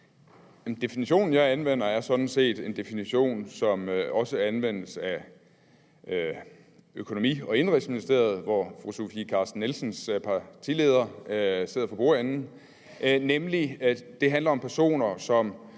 definitionen, jeg anvender, er sådan set en definition, som også anvendes af Økonomi- og Indenrigsministeriet, hvor fru Sofie Carsten Nielsens partileder sidder for bordenden, nemlig at det handler om personer, som